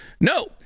No